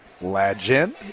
Legend